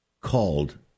called